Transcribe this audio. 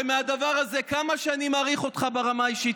ומהדבר הזה כמה שאני מעריך אותך ברמה האישית,